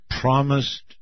promised